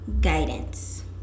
guidance